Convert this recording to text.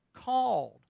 called